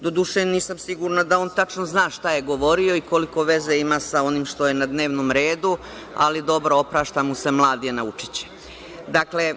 Doduše, nisam sigurna da on tačno zna šta je govorio i koliko veze ima sa onim što je na dnevnom redu, ali dobro, oprašta mu se, mlad je, naučiće.